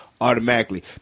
automatically